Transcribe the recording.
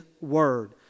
Word